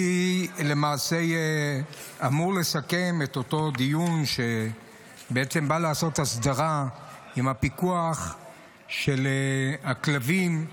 אני למעשה אמור לסכם את אותו דיון שבא לעשות הסדרה של הפיקוח של הכלבים,